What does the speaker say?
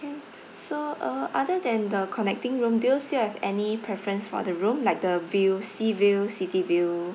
so uh other than the connecting room do you still have any preference for the room like the view sea view city view